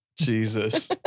Jesus